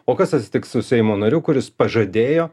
o kas atsitiks su seimo nariu kuris pažadėjo